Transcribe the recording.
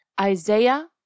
Isaiah